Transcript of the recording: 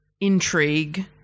intrigue